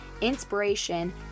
inspiration